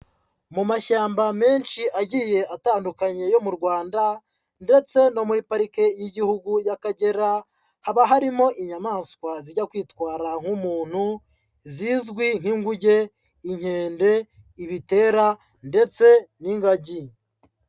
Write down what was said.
Mu mashyamba menshi agiye atandukanye yo mu Rwanda ndetse no muri Parike y'Igihugu y'Akagera, haba harimo inyamaswa zijya kwitwara nk'umuntu, zizwi nk'inguge, inkende, ibitera ndetse n'ingagi.